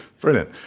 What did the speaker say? Brilliant